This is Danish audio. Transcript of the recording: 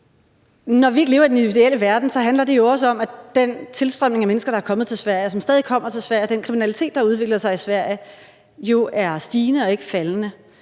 Når vi ikke lever i den ideelle verden, handler det jo også om, at den tilstrømning af mennesker, der har været til Sverige, og som der stadig er til Sverige, og at den kriminalitet, der udvikler sig i Sverige, jo er stigende og ikke faldende.